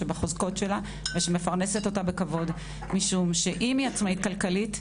שבחוזקות שלה ושמפרנסת אותה בכבוד משום שאם היא עצמאית כלכלית,